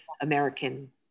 American